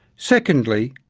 secondly,